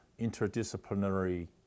interdisciplinary